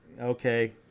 Okay